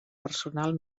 personal